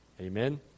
Amen